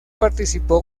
participó